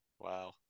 Wow